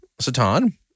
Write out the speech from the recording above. Satan